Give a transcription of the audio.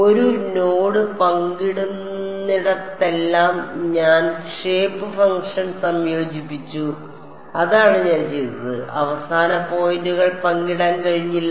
ഒരു നോഡ് പങ്കിടുന്നിടത്തെല്ലാം ഞാൻ ഷേപ്പ് ഫംഗ്ഷൻ സംയോജിപ്പിച്ചു അതാണ് ഞാൻ ചെയ്തത് അവസാന പോയിന്റുകൾ പങ്കിടാൻ കഴിഞ്ഞില്ല